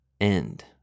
end